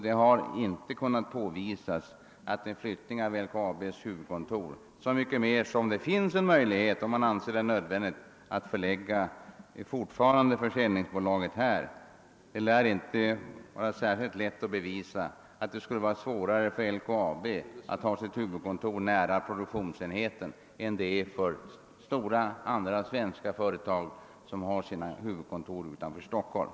Det lär inte vara lätt att bevisa att det skulle vara svårare för LKAB att ha sitt huvudkontor nära produktionsenheten än vad det är för andra stora svenska företag, som har sina huvudkontor utanför Stockholm — så mycket mindre som det finns en möjlighet att om man anser det nödvändigt låta försäljningsbolaget kvarstanna i Stockholm.